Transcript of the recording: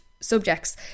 subjects